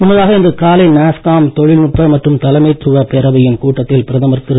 முன்னதாக இன்று காலை நேஸ்காம் தொழில்நுட்ப மற்றும் தலைமைத்துவப் பேரவையின் கூட்டத்தில் பிரதமர் திரு